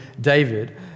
David